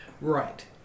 right